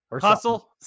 Hustle